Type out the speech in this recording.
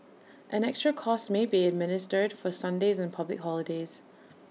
an extra cost may be administered for Sundays and public holidays